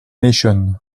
nation